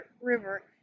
River